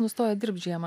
nustoja dirbt žiemą